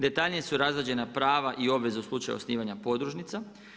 Detaljnije su razrađena prava i obveza u slučaju osnivanju podružnica.